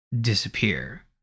disappear